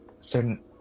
certain